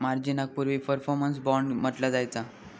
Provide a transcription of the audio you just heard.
मार्जिनाक पूर्वी performance bond म्हटला जायचा